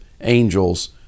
angels